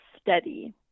steady